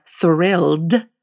thrilled